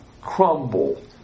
crumble